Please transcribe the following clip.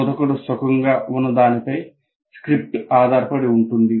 బోధకుడు సుఖంగా ఉన్నదానిపై స్క్రిప్ట్ ఆధారపడి ఉంటుంది